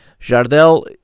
Jardel